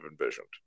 envisioned